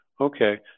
Okay